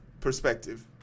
perspective